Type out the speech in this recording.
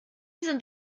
sind